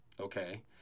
okay